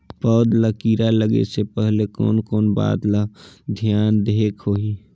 पौध ला कीरा लगे से पहले कोन कोन बात ला धियान देहेक होही?